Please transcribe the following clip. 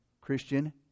Christian